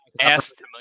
asked